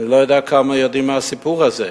אני לא יודע כמה יודעים מהסיפור הזה,